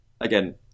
again